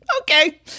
Okay